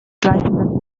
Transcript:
gleichen